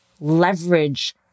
leverage